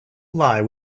lie